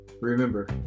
Remember